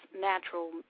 natural